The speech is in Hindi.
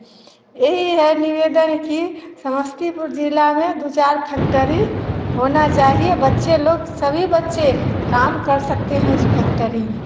यही है निवेदन कि समस्तीपुर जिला में दो चार फैक्टरी होना चाहिए बच्चे लोग सभी बच्चे काम कर सकते हैं उस फैक्टरी में